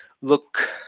Look